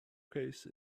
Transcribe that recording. case